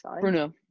Bruno